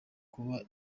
kuba